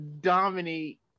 dominate